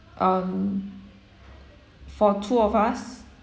um for two of us